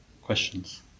Questions